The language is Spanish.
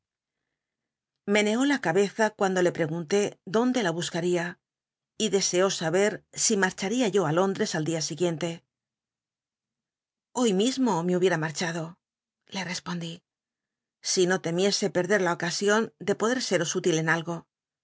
iieneó la cabeza cuando le pregunté donde la busc wia y deseo saber si marchmia yo ü londtcs al día siguiente hoy mismo me hubiera marchado le respondí si no temiese perder la ocasion de poder seros útil en algo